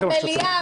במליאה.